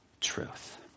truth